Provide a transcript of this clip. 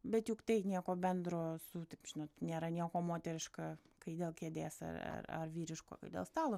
bet juk tai nieko bendro su žinot nėra nieko moteriška kai dėl kėdės ar ar ar vyriško dėl stalo